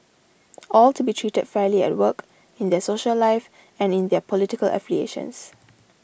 all to be treated fairly at work in their social life and in their political affiliations